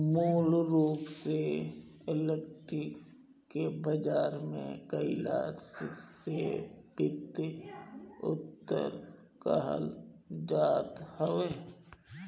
मूल रूप से इक्विटी पर व्यापार कईला के वित्तीय उत्तोलन कहल जात हवे